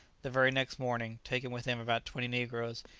the very next morning, taking with him about twenty negroes,